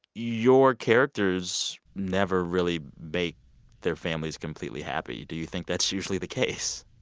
your characters never really make their families completely happy. do you think that's usually the case?